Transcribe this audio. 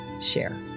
share